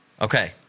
Okay